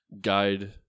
guide